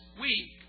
week